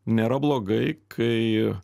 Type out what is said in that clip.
nėra blogai kai